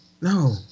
No